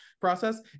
process